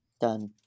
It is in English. Done